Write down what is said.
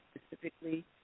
specifically